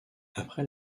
après